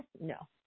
No